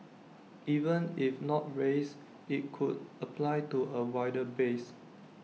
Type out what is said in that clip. even if not raised IT could apply to A wider base